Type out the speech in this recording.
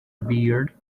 beard